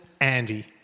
Andy